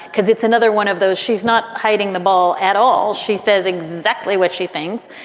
because it's another one of those. she's not hiding the ball at all. she says exactly what she thinks.